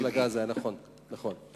זה של הגז, נכון, נכון.